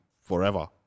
forever